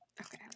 Okay